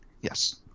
Yes